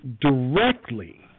directly